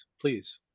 please